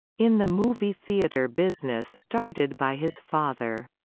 in the movie theater business started by his father.